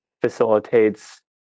facilitates